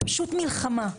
פשוט מלחמה.